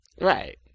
Right